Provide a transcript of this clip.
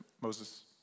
Moses